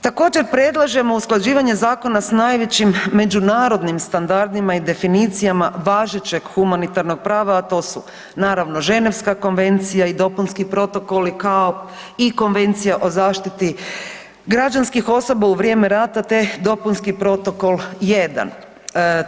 Također predlažemo usklađivanje zakona sa najvećim međunarodnim standardima i definicijama važećeg humanitarnog prava, a to su naravno Ženevska konvencija i dopunski protokoli kao i Konvencija o zaštiti građanskih osoba u vrijeme rata, te dopunski protokol jedan.